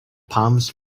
palms